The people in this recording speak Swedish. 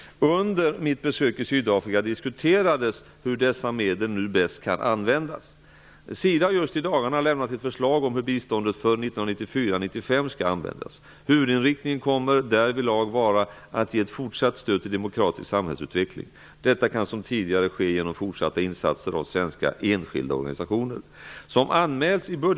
Under mitt besök i Sydafrika diskuterades hur dessa medel nu bäst kan användas. SIDA har just i dagarna lämnat ett förslag om hur biståndet för 1994/95 skall användas. Huvudinriktningen kommer därvidlag att vara att ge ett fortsatt stöd till demokratisk samhällsutveckling. Detta kan som tidigare ske genom fortsatta insatser av svenska enskilda organisationer.